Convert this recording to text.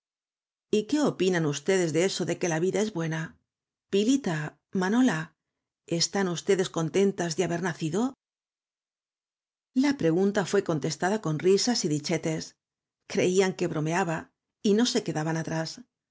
animada y qué opinan ustedes de eso de que la vida es buena pilita manola están ustedes contentas de haber nacido la pregunta fué contestada con risas y dichetes creían que bromeaba y no se quedaban atrás